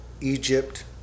Egypt